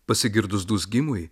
pasigirdus dūzgimui